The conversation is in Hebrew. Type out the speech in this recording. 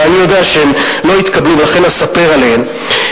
אבל אני יודע שהן לא יתקבלו ולכן אספר עליהן,